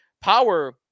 Power